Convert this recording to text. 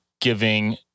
giving